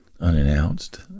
unannounced